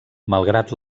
malgrat